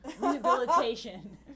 Rehabilitation